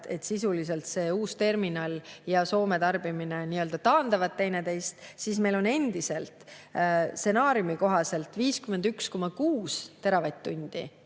et sisuliselt see uus terminal ja Soome tarbimine taandavad teineteist ning meil on endiselt selle stsenaariumi kohaselt 51,6 teravatt-tundi